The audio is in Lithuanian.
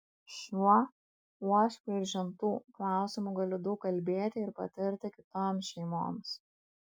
šiuo uošvių ir žentų klausimu galiu daug kalbėti ir patarti kitoms šeimoms